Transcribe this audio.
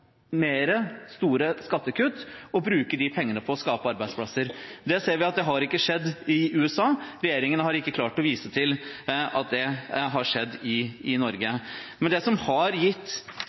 store skattekutt, og å bruke de pengene på å skape arbeidsplasser. Det ser vi at ikke har skjedd i USA. Regjeringen har ikke klart å vise til at det har skjedd i Norge. Men det som har gitt